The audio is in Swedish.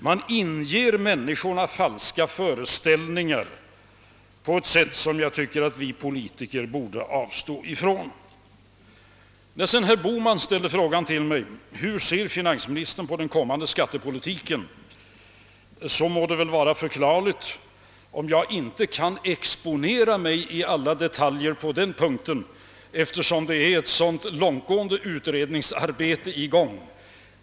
Man inger människorna falska föreställningar på ett sätt som jag tycker att vi politiker borde avstå från. Herr Bohman frågade hur jag ser på den kommande skattepolitiken. Det må vara förklarligt om jag inte kan gå in på alla detaljer på den punkten, eftersom ett långtgående utredningsarbete pågår.